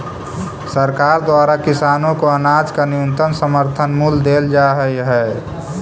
सरकार द्वारा किसानों को अनाज का न्यूनतम समर्थन मूल्य देल जा हई है